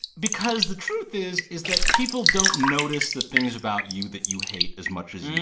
because the truth is is that people don't notice the things about you that you hate as much as you